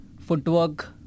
footwork